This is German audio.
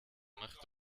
macht